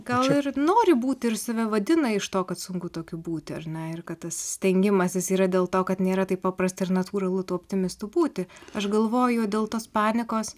gal ir nori būti ir save vadina iš to kad sunku tokiu būti ar ne ir kad tas stengimasis yra dėl to kad nėra taip paprasta ir natūralu tuo optimistu būti aš galvoju dėl tos panikos